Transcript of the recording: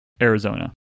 Arizona